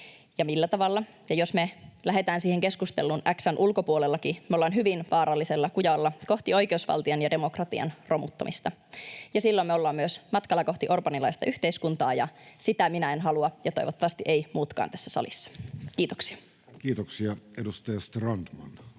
Jos me lähdetään siihen keskusteluun X:n ulkopuolellakin, me ollaan hyvin vaarallisella kujalla kohti oikeusvaltion ja demokratian romuttamista. Ja silloin me ollaan myös matkalla kohti orbánilaista yhteiskuntaa, ja sitä minä en halua, ja toivottavasti eivät muutkaan tässä salissa. — Kiitoksia. Kiitoksia. — Edustaja Strandman